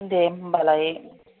दे होमब्लाय